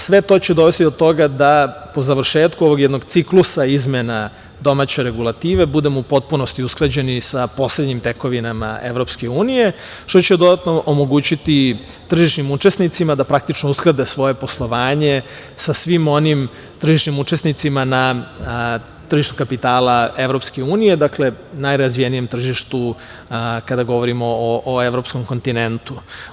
Sve to će dovesti do toga da po završetku ovog jednog ciklusa izmena domaće regulative budemo u potpunosti usklađeni sa poslednjim tekovinama Evropske unije, što će dodatno omogućiti tržišnim učesnicima da praktično usklade svoje poslovanje sa svim onim tržišnim učesnicima na tržištu kapitala Evropske unije, dakle, najrazvijenijem tržištu, kada govorimo o evropskom kontinentu.